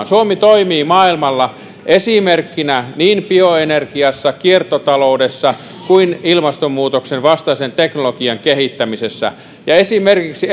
suomi toimii maailmalla esimerkkinä niin bioenergiassa kiertotaloudessa kuin ilmastonmuutoksen vastaisen teknologian kehittämisessä ja esimerkiksi